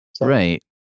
Right